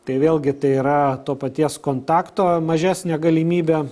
tai vėlgi tai yra to paties kontakto mažesnė galimybė